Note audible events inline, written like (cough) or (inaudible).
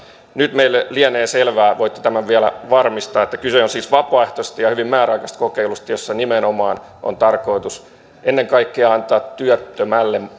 nyt meille lienee selvää voitte tämän vielä varmistaa että kyse on siis vapaaehtoisesta ja hyvin määräaikaisesta kokeilusta jossa nimenomaan on tarkoitus ennen kaikkea antaa työttömälle (unintelligible)